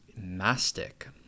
mastic